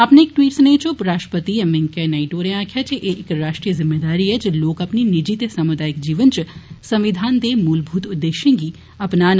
अपने इक ट्वीट स्नेह च उपराष्ट्रपति एम वैंकेय्या नायडू होरें आक्खेआ जे एह् इक राष्ट्रीय जिम्मेदारी ऐ ते लोक अपने निजि ते सामुदायकि जीवन च संविधान दे मूलभूत उद्देश्यें गी अपनान